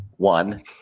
One